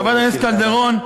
חברת הכנסת קלדרון,